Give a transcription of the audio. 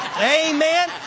Amen